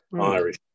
Irish